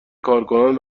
کارکنان